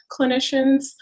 clinicians